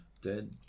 dead